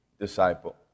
disciple